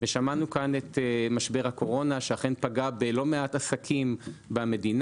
ושמענו כאן על משבר הקורונה שאכן פגע בלא מעט עסקים במדינה.